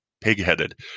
pig-headed